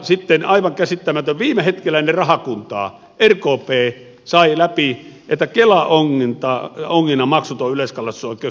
sitten aivan käsittämätöntä on se että viime hetkellä ennen rahakuntaa rkp sai läpi että kelaonginnan maksuton yleiskalastusoikeus poistettiin